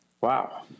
Wow